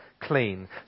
clean